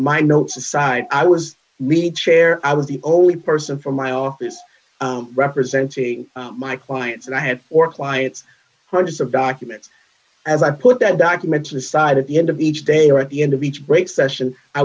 my notes aside i was really chair i was the only person from my office representing my clients and i had or clients hundreds of documents as i put that document to side of the end of each day or at the end of each break session i